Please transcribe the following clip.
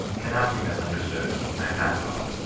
cannot be misunderstood, i pass on.